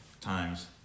times